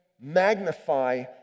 magnify